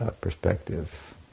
perspective